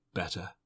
better